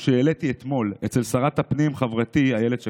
שהעליתי אתמול אצל שרת הפנים חברתי אילת שקד.